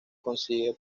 consigue